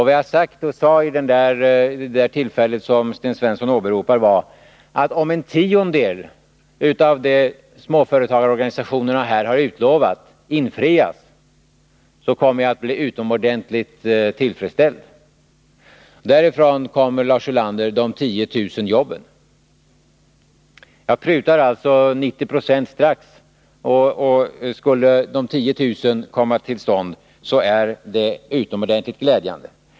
Vad jag sade vid det tillfälle som Sten Svensson åberopar var, att om en tiondel av det som småföretagarorganisationerna har utlovat infrias, kommer jag att bli utomordentligt tillfredsställd. Därifrån kommer, Lars Ulander, de 10 000 jobben. Jag prutar alltså 90 26. Och skulle de 10 000 jobben komma till stånd är det utomordentligt glädjande.